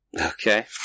Okay